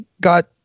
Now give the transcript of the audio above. got